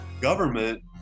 government